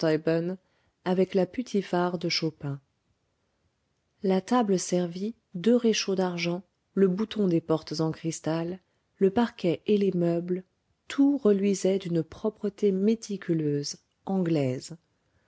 avec la putiphar de schopin la table servie deux réchauds d'argent le bouton des portes en cristal le parquet et les meubles tout reluisait d'une propreté méticuleuse anglaise